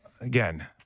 again